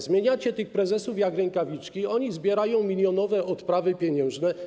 Zmieniacie prezesów jak rękawiczki, oni zbierają milionowe odprawy pieniężne.